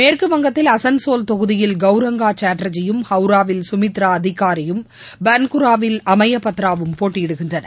மேற்குவங்கத்தில் அசன்சோல் தொகுதியில் கவுரங்கா சாட்டர்ஜியும் ஹவுராவில் சுமித்ரா அதிகாரியும் பன்குராவில் அமயபத்ராவும் போட்டியிடுகின்றனர்